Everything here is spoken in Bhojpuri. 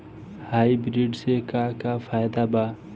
हाइब्रिड से का का फायदा बा?